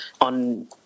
on